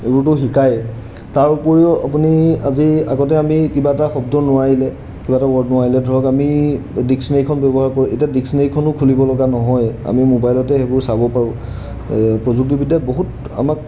এইবোৰতো শিকায়েই তাৰ উপৰিও আপুনি আজি আগতে আমি কিবা এটা শব্দ নোৱাৰিলে কিবা এটা ৱৰ্ড নোৱাৰিলে ধৰক আমি ডিক্সনেৰীখন ব্যৱহাৰ কৰোঁ এতিয়া ডিক্সনেৰীখনো খুলিব লগা নহয়েই আমি মোবাইলতে সেইবোৰ চাব পাৰোঁ প্ৰযুক্তিবিদ্যাই বহুত আমাক